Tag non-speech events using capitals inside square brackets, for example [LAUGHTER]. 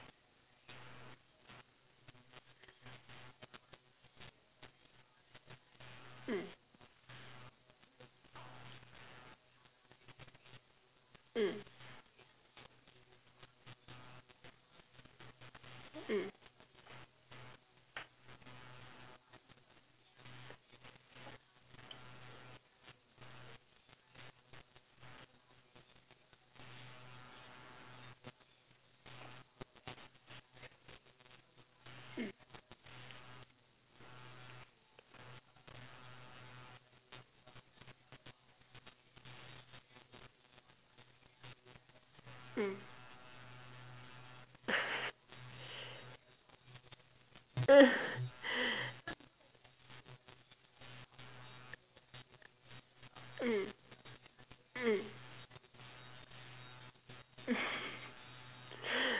mm mm mm mm mm mm [LAUGHS] mm mm [LAUGHS]